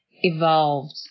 evolved